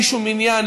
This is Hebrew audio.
בלי שום עניין,